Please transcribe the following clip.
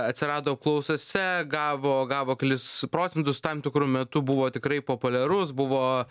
atsirado apklausose gavo gavo kelis procentus tam tikru metu buvo tikrai populiarus buvo